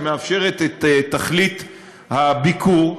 שמאפשרת את תכלית הביקור,